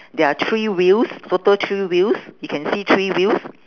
there are three wheels total three wheels you can see three wheels